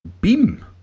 Beam